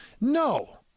no